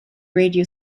radio